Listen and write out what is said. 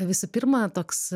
visų pirma toks